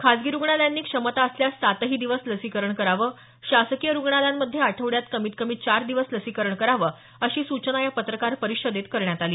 खासगी रुग्णालयांनी क्षमता असल्यास सातही दिवस लसीकरण करावं शासकीय रुग्णालयांमध्ये आठवड्यात कमीत कमी चार दिवस लसीकरण करावं अशी सूचना या पत्रकार परिषदेत करण्यात आली